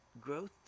growth